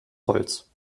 holz